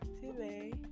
today